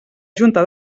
junta